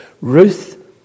Ruth